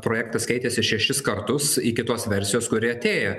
projektas keitėsi šešis kartus iki tos versijos kuri atėjo